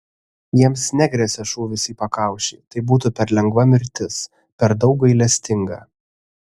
jiems negresia šūvis į pakaušį tai būtų per lengva mirtis per daug gailestinga